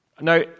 Now